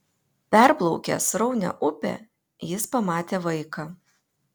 perplaukęs sraunią upę jis pamatė vaiką